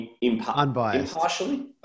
impartially